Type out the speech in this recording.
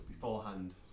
beforehand